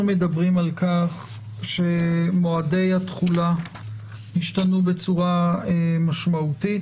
מדברים על כך שמועדי התחולה השתנו בצורה משמעותית,